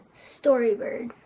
storybird.